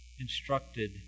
instructed